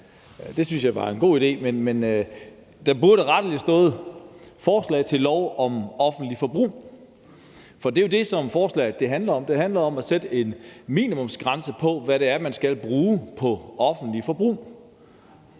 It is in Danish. synes jeg ville være en god idé, men der burde rettelig have stået »forslag til lov om offentligt forbrug«, for det er jo det, forslaget handler om. Det handler om at sætte en minimumsgrænse for, hvad det er, man skal bruge på offentligt forbrug.